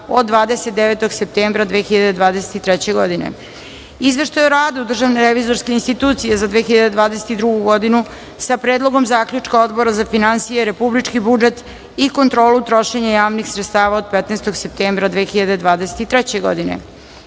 od 29. septembra 2023. godine;48. Izveštaj o radu Državne revizorske institucije za 2022. godinu, sa Predlogom zaključka Odbora za finansije, republički budžet i kontrolu trošenja javnih sredstava od 15. septembra 2023. godine;49.